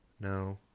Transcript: no